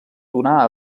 donà